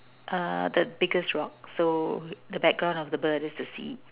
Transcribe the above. uh the biggest rock so the background of the bird is the seed